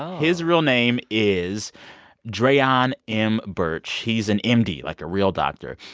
his real name is draion m. burch. he's an m d, like a real doctor.